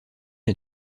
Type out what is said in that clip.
est